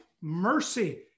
mercy